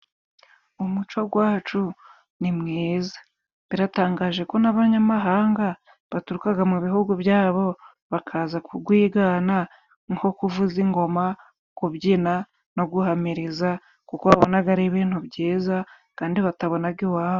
Umuco gwacu ni mwiza. Biratangaje ko n'abanyamahanga baturukaga mu bihugu byabo bakaza kugwigana nko kuvuza ingoma, kubyina no guhamiriza, kuko babonaga ari ibintu byiza kandi batabonaga iwabo.